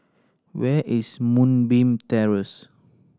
where is Moonbeam Terrace